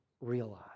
realize